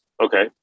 Okay